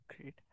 great